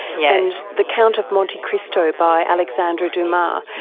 yeah and the count of monte cristo by alexandre dumas.